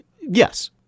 Yes